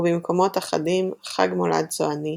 ובמקומות אחדים "חג מולד צועני",